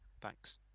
thanks